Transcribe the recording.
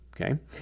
Okay